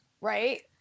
right